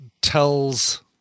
tells